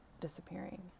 disappearing